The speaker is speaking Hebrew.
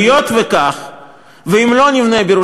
ירושלים זה סיפור נפרד.